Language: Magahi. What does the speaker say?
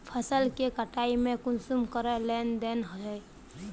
फसल के कटाई में कुंसम करे लेन देन होए?